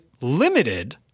limited